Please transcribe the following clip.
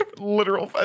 literal